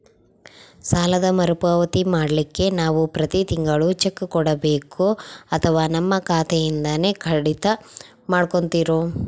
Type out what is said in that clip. ಸಾಲದ ಮರುಪಾವತಿ ಮಾಡ್ಲಿಕ್ಕೆ ನಾವು ಪ್ರತಿ ತಿಂಗಳು ಚೆಕ್ಕು ಕೊಡಬೇಕೋ ಅಥವಾ ನಮ್ಮ ಖಾತೆಯಿಂದನೆ ಕಡಿತ ಮಾಡ್ಕೊತಿರೋ?